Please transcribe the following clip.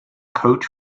coach